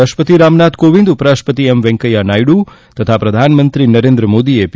રાષ્ટ્રપતિ રામનાથ કોવિંદ ઉપરાષ્ટ્રપતિ વેકેયા નાયડ્ તથા પ્રધાનમંત્રી નરેન્દ્ર મોદીએ પી